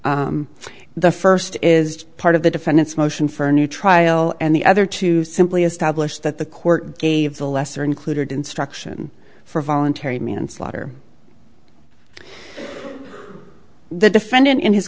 honour's the first is part of the defendant's motion for a new trial and the other two simply establish that the court gave the lesser included instruction for voluntary manslaughter the defendant in his